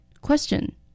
Question